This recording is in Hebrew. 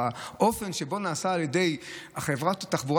האופן שבו זה נעשה על ידי חברת התחבורה